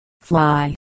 fly